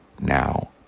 now